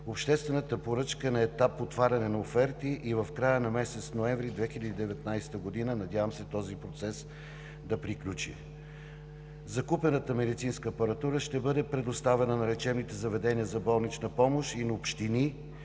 Обществената поръчка е на етап отваряне на оферти и в края на месец ноември 2019 г. се надявам този процес да приключи. Закупената медицинска апаратура ще бъде предоставена на лечебните заведения за болнична помощ и на общини